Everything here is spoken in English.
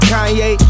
Kanye